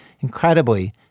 incredibly